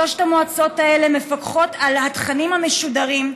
שלוש המועצות האלה מפקחות על התכנים המשודרים,